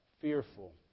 fearful